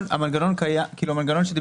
שם אתה לא מגדיר